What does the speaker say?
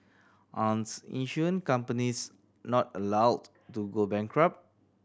aren't insurance companies not allowed to go bankrupt